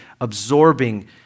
absorbing